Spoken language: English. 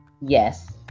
Yes